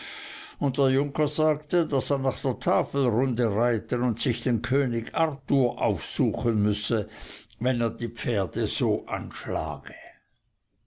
und der junker sagte daß er nach der tafelrunde reiten und sich den könig arthur aufsuchen müsse wenn er die pferde so anschlage